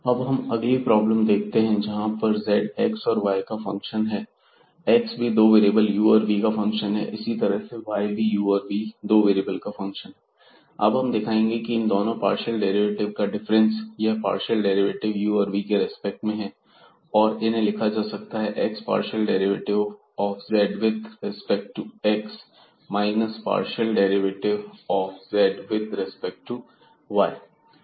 अब हम अगली प्रॉब्लम देखते हैं जहां पर z x और y का फंक्शन है और x भी दो वेरिएबल u और v का फंक्शन है इसी तरह से y भी u और v दो वेरिएबल का फंक्शन है अब हम दिखाएंगे कि इन दोनों पार्शियल डेरिवेटिव का डिफरेंस यह पार्शियल डेरिवेटिव u और v के रेस्पेक्ट में हैं और इन्हें लिखा जा सकता है x partial derivative of z with respect to x minus partial derivative of z with respect y